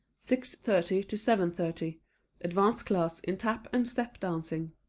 six thirty to seven thirty advanced class in tap and step dancing.